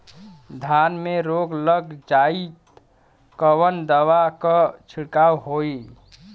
धान में रोग लग जाईत कवन दवा क छिड़काव होई?